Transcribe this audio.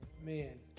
man